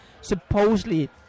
supposedly